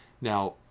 now